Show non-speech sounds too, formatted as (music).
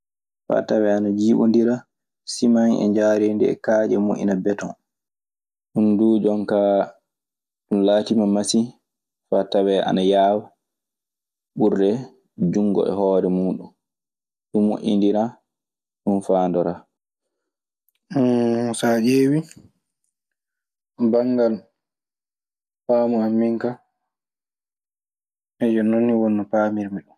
Faa tawee ana jiiɓondira seman e njaareendi, e kaaƴe, e mo'ina beton. Ɗun duu jon kaa ɗun laatiima masiŋ faa tawee ana yaawa ɓurde junngo e hoore muuɗun. Ɗun moƴƴiniraa. Ɗun faandoraa. (hesitation) Saa ƴeewi banngal faamu an min ka, (hesitation) non nii woni no paamirmi ɗun.